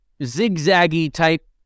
zigzaggy-type